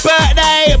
Birthday